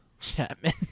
Chapman